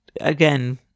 again